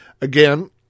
again